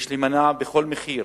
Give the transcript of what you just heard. יש להימנע בכל מחיר